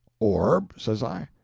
orb? says i.